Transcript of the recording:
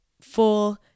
full